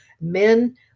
men